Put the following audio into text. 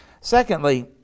Secondly